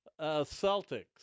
Celtics